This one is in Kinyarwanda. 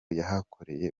yahakoreye